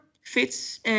fits